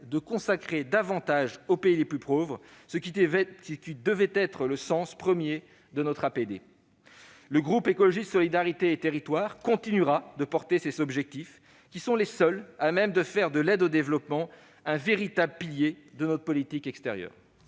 de consacrer davantage aux pays les plus pauvres, ce qui devrait être le premier but de notre APD. Le groupe Écologiste - Solidarité et Territoires continuera de porter ces objectifs qui sont les seuls à même de faire de l'aide au développement un véritable pilier de notre politique extérieure.